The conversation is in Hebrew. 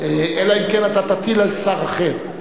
אלא אם כן אתה תטיל על שר אחר.